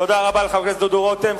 תודה רבה לחבר הכנסת דודו רותם.